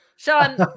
Sean